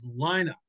lineup